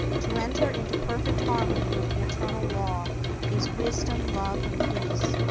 to enter into perfect harmony with the eternal law is wisdom, love and peace.